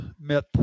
myth